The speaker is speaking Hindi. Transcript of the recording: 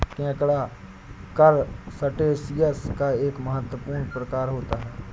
केकड़ा करसटेशिंयस का एक महत्वपूर्ण प्रकार होता है